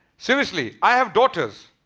seriously. i have daughters.